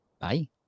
Bye